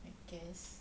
I guess